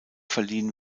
verliehen